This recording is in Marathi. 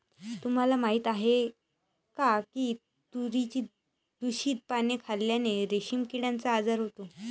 तुम्हाला माहीत आहे का की तुतीची दूषित पाने खाल्ल्याने रेशीम किड्याचा आजार होतो